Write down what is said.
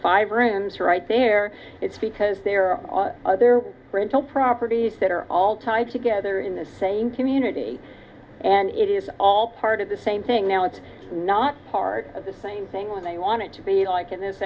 five rooms right there it's because they are on their rental properties that are all tied together in the same community and it is all part of the same thing now it's not part of the same thing when they want to be like in this